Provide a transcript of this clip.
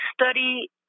study